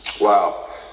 Wow